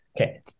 Okay